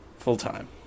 full-time